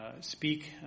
speak